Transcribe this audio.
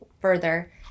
further